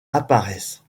apparaissent